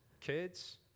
kids